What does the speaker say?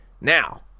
now